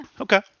Okay